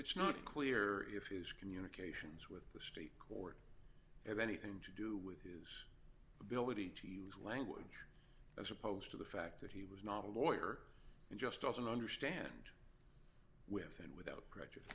it's not clear if his communications with the state court have anything to do with his ability to use language as opposed to the fact that he was not a lawyer and just doesn't understand with and without prejudice